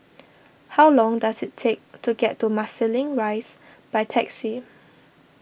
how long does it take to get to Marsiling Rise by taxi